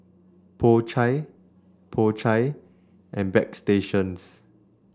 Po Chai Po Chai and Bagstationz